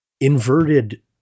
inverted